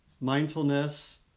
mindfulness